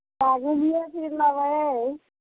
हँ घुमिए फिरि लेबै